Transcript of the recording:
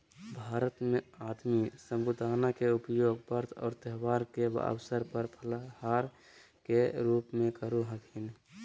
भारत में आदमी साबूदाना के उपयोग व्रत एवं त्यौहार के अवसर पर फलाहार के रूप में करो हखिन